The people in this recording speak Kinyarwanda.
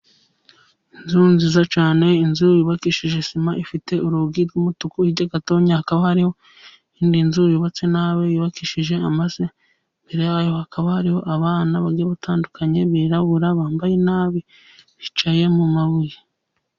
Inzu nziza cyane, inzu yubakishije sima, ifite urugi rw'umutuku, hirya gato hakaba hari indi nzu, yubatse nabi yubakishije amase, imbere yayo hakaba hariho abana batandukanye birabura, bambaye nabi bicaye mu mabuye.